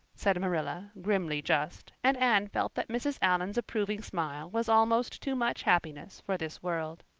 said marilla, grimly just and anne felt that mrs. allan's approving smile was almost too much happiness for this world.